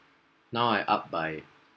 now I up by like